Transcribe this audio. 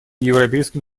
европейским